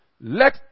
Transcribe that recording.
let